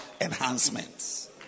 enhancements